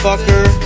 Fucker